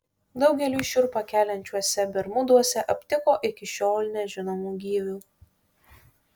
daugeliui šiurpą keliančiuose bermuduose aptiko iki šiol nežinomų gyvių